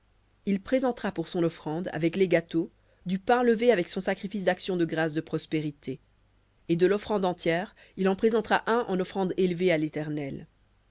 il présentera pour son offrande avec les gâteaux du pain levé avec son sacrifice d'action de grâces de prospérités et de l'offrande entière il en présentera un en offrande élevée à l'éternel